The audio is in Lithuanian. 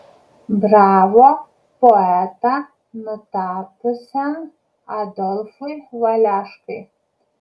bravo poetą nutapiusiam adolfui valeškai